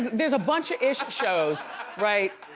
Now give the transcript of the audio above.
there's a bunch of ish shows right?